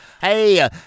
Hey